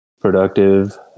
productive